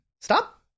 stop